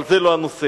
אבל זה לא הנושא.